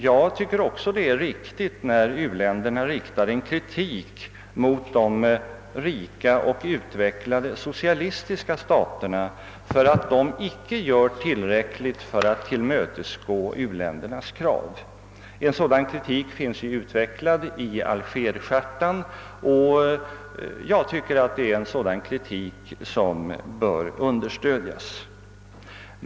Jag tycker det är riktigt när u-länderna riktar kritik mot de rika och utvecklade socialistiska sta terna för att dessa icke gör tillräckligt för att tillmötesgå u-ländernas krav. En sådan kritik finns utvecklad i Algerchartan, och det är en kritik som bör understödjas.